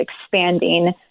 expanding